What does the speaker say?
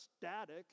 static